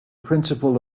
principle